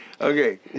Okay